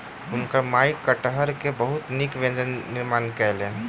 हुनकर माई कटहरक बहुत नीक व्यंजन निर्माण कयलैन